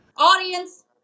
audience